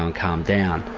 um calm down.